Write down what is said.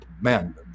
man